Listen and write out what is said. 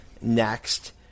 next